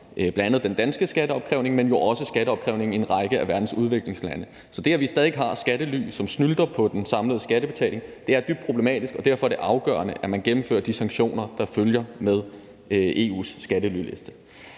bl.a. den danske skatteopkrævning, men også skatteopkrævning i en række af verdens udviklingslande. Så det, at vi stadig væk har skattely, hvor man snylter på den samlede skattebetaling, er dybt problematisk, og derfor er det afgørende, at man gennemfører de sanktioner, der følger med EU's skattelyliste.